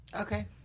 okay